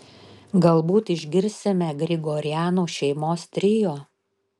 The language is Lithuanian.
galbūt išgirsime grigorianų šeimos trio